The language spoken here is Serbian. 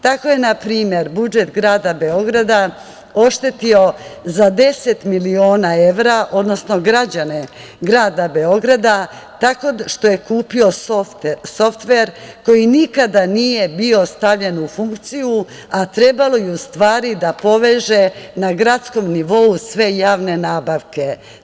Tako je, na primer, budžet grada Beograda oštetio za 10 miliona evra, odnosno građane grada Beograda tako što je kupio softver koji nikada nije bio stavljen u funkciju, a trebalo je, u stvari, da poveže na gradskom nivou sve javne nabavke.